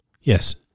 Yes